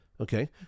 okay